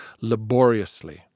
laboriously